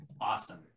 Awesome